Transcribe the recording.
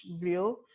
real